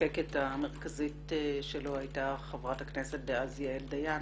שהמחוקקת המרכזית שלו היתה חברת הכנסת דאז יעל דיין